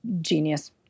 genius